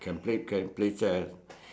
can play play can play chess